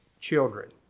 children